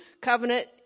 covenant